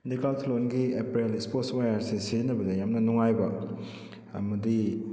ꯗꯦꯀꯥꯜꯊ꯭ꯂꯣꯟꯒꯤ apparel sport ꯋꯦꯌꯥꯔꯁꯦ ꯁꯤꯖꯟꯅꯕꯗ ꯌꯥꯝꯅ ꯉꯨꯡꯉꯥꯏꯕ ꯑꯃꯗꯤ